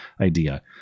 idea